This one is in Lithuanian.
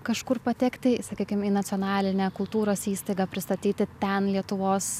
kažkur patekti sakykim į nacionalinę kultūros įstaigą pristatyti ten lietuvos